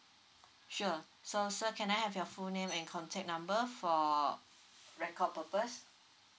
sure so sir can I have your full name and contact number for record purpose